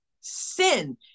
sin